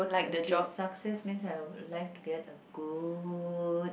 okay success means I have life to get a good